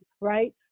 right